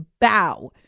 bow